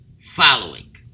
following